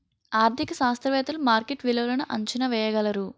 ఆర్థిక శాస్త్రవేత్తలు మార్కెట్ విలువలను అంచనా వేయగలరు